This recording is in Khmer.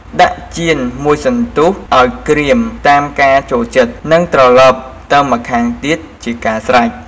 ដាក់ចៀនមួយសន្ទុះឱ្យក្រៀមតាមការចូលចិត្ត និងត្រឡប់ទៅម្ខាងទៀតជាការស្រេច។